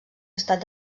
estat